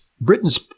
britain's